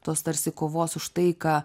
tos tarsi kovos už tai ką